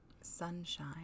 sunshine